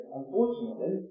unfortunately